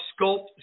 sculpt